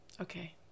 Okay